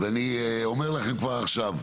אני אומר לכם כבר עכשיו,